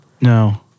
No